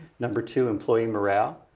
number two employee morale,